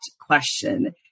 question